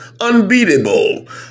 unbeatable